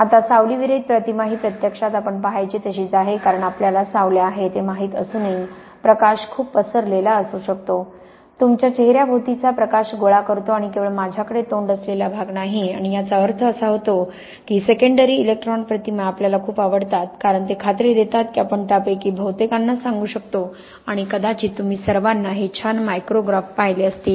आता सावलीविरहित प्रतिमा ही प्रत्यक्षात आपण पाहायचो तशीच आहे कारण आपल्याला सावल्या आहेत हे माहीत असूनही प्रकाश खूप पसरलेला असू शकतो तुमच्या चेहऱ्याभोवतीचा प्रकाश गोळा करतो आणि केवळ माझ्याकडे तोंड असलेला भाग नाही आणि याचा अर्थ असा होतो की सेकंडरी इलेक्ट्रॉन प्रतिमा आपल्याला खूप आवडतात कारण ते खात्री देतात की आपण त्यापैकी बहुतेकांना सांगू शकतो आणि कदाचित तुम्ही सर्वांनी हे छान मायक्रोग्राफ पाहिले असतील